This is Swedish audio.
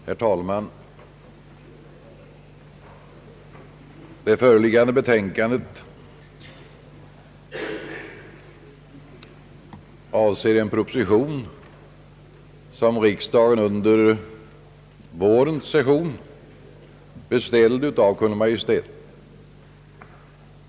Herr talman! Det föreliggande betänkandet avser en proposition, som riksdagen under vårens session beställde av Kungl. Maj:t.